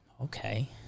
Okay